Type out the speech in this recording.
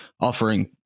offering